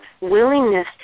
willingness